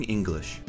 English